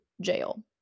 jail